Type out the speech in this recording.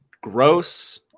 gross